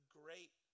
great